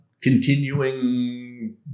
continuing